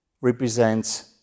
represents